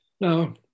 Now